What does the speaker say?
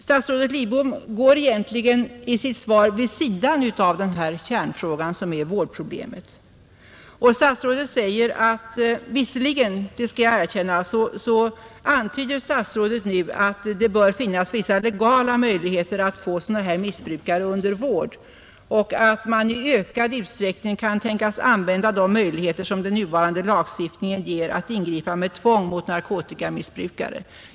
Statsrådet Lidbom går i sitt svar egentligen vid sidan om denna kärnfråga som är vårdproblemet. Visserligen — det skall jag erkänna — antyder statsrådet nu att det bör finnas legala möjligheter att få missbrukare under vård och att man i ökad utsträckning kan tänkas använda de möjligheter som den nuvarande lagstiftningen ger att ingripa med tvång mot narkotikamissbrukare.